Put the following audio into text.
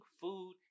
food